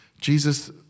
Jesus